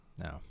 No